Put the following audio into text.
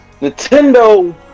Nintendo